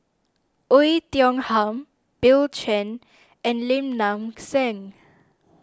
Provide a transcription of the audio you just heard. Oei Tiong Ham Bill Chen and Lim Nang Seng